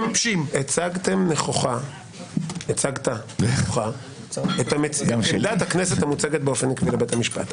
הצגת נכוחה את עמדת הכנסת המוצגת באופן עקבי לבית המשפט.